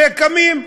וקמים.